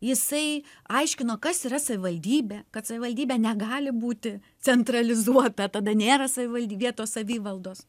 jisai aiškino kas yra savivaldybė kad savivaldybė negali būti centralizuota tada nėra savivaldyb vietos savivaldos